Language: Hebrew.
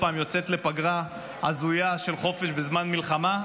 פעם יוצאת לפגרה הזויה של חופש בזמן מלחמה,